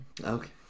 Okay